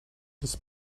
this